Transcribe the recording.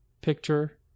picture